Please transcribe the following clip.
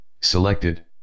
selected